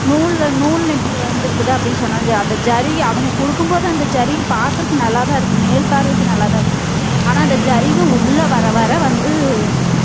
நூலில் நூலில் இப்படி வந்திருக்குது அப்படின்னு சொன்னாலும் சரி அந்த ஜரிகை அவங்க கொடுக்கும் போது அந்த ஜரிகை பாக்கறதுக்கு நல்லா தான் இருக்கும் மேல் பார்வைக்கு நல்லா தான் இருக்கும் ஆனால் அந்த ஜரிகை உள்ளே வர வர வந்து